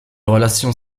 relation